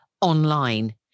online